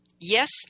yes